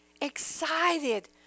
excited